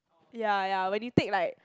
ya ya when you take like